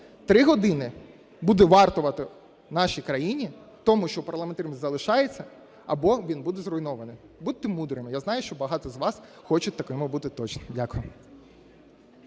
три години буде вартувати нашій країні, тому що парламентаризм залишається, або він буде зруйнований. Будьте мудрими, я знаю, що багато з вас хочуть такими бути точно. Дякую.